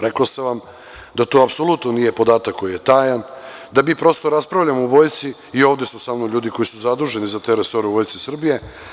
Rekao sam vam da to apsolutno nije podatak koji je tajan, da mi prosto raspravljamo o Vojsci i ovde su samo ljudi koji su zaduženi za te resore u Vojsci Srbije.